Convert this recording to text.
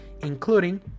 including